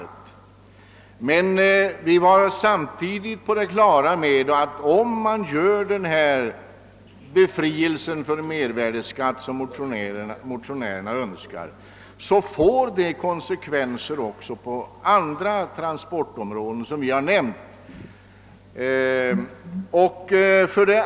Vi var emellertid samtidigt på det klara med att en sådan befrielse från mervärdeskatt som den av motionärerna önskade får konsekvenser också på andra transportområden, vilka vi också har angivit.